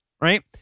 Right